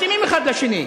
מתאימים האחד לשני.